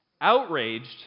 Outraged